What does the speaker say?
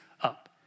up